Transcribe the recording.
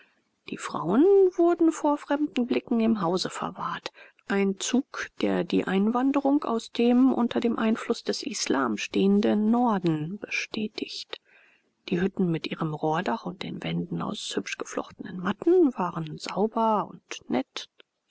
die frauen wurden vor fremden blicken im hause verwahrt ein zug der die einwanderung aus dem unter dem einfluß des islam stehenden norden bestätigt die hütten mit ihrem rohrdach und den wänden aus hübsch geflochtenen matten waren sauber und nett